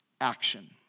Action